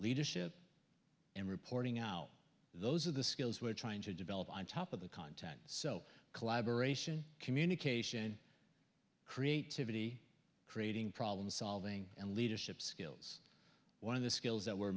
leadership and reporting out those are the skills we're trying to develop on top of the content so collaboration communication creativity creating problem solving and leadership skills one of the skills that we're